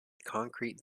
concrete